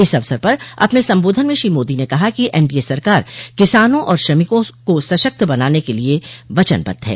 इस अवसर पर अपने संबोधन में श्री मोदी ने कहा कि एनडीए सरकार किसानों और श्रमिकों को सशक्त बनाने को प्रति वचनबद्ध है